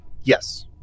Yes